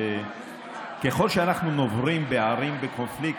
שככל שאנחנו נוברים בערים בקונפליקט,